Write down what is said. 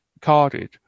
carded